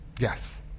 Yes